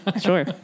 Sure